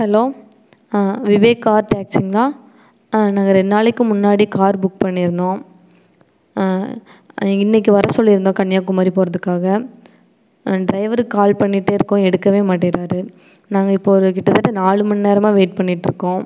hello Vivek car டாக்ஸிங்ளா நாங்கள் ரெண்டு நாளைக்கு முன்னாடி கார் புக் பண்ணிருந்தோம் இன்னக்கு வர சொல்லிருந்தோம் கன்னியாகுமரி போகறதுக்காக ட்ரைவர்க்கு கால் பண்ணிட்டேருக்கோம் எடுக்கவே மாட்டங்றார் நாங்கள் இப்போ ஒரு கிட்டதட்ட நாலு மண்நேரமாக வெயிட் பண்ணிட்டுருக்கோம்